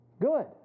Good